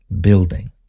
building